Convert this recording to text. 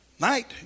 night